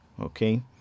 Okay